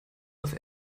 auf